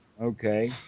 okay